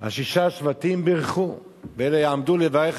אז שישה השבטים בירכו: ואלה יעמדו לברך